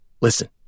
Listen